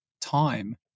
time